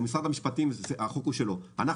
החוק הוא של משרד המשפטים.